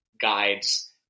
guides